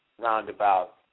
roundabout